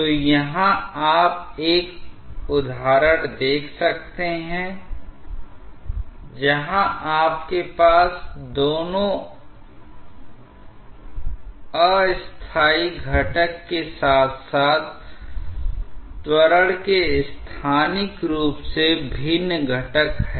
तो यहां आप एक उदाहरण देख सकते हैं जहां आपके पास दोनों अस्थायी घटक के साथ साथ त्वरण के स्थानिक रूप से भिन्न घटक हैं